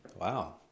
Wow